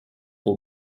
trop